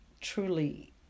truly